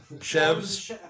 Chefs